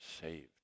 saved